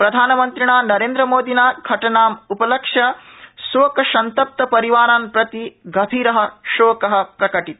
प्रधानमन्त्रिणा नरेन्द्र मोदिना घटनाम्पलक्ष्य शोकसन्तप्त परिवारान प्रति गभीरशोक प्रकटित